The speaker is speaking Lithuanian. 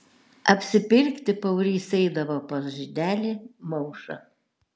apsipirkti paurys eidavo pas žydelį maušą